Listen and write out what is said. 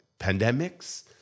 pandemics